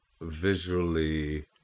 visually